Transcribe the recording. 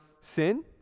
sin